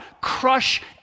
crush